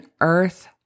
earth